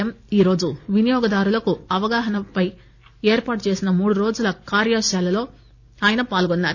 ఎమ్ ఈరోజు వినియోగదారులకు అవగాహనపై ఏర్పాటు చేసిన మూడు రోజుల కార్యశాలలో ఆయన పాల్గొన్నారు